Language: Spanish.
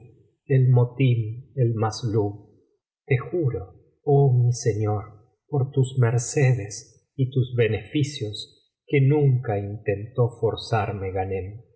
ben ayub el motim el masslub te juro oh mi señor por tus mercedes y tus beneficios que nunca intentó forzarme ghanem